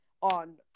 on